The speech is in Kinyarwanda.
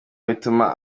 bituma